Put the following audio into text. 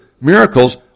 miracles